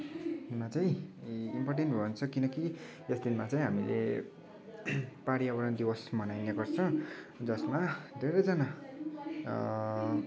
मा चाहिँ इम्पर्टेन्ट भन्छ किनकि यस दिनमा चाहिँ हामीले पर्यावरन दिवस मनाइने गर्छ जसमा धेरैजना